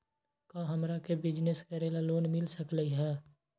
का हमरा के बिजनेस करेला लोन मिल सकलई ह?